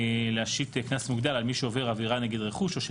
להשית קנס מוגדר על מי שעובר עבירה נגד רכוש או של